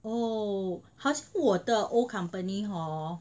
oh 好像我的 old company hor